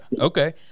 Okay